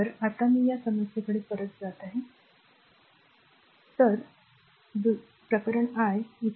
तर आता मी त्या समस्येकडे परत जात आहे मला हे साफ करू द्या